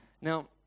Now